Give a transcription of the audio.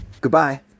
Goodbye